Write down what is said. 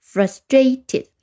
Frustrated